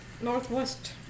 Northwest